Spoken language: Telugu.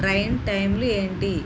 ట్రైన్ టైంలు ఏంటి